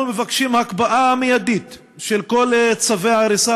אנחנו מבקשים להקפיא מיידית את כל צווי ההריסה